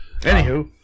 Anywho